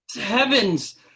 Heavens